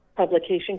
publication